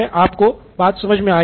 ठीक है